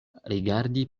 rigardi